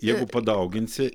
jeigu padauginsi